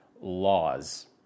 laws